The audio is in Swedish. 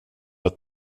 att